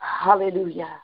Hallelujah